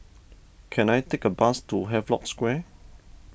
can I take a bus to Havelock Square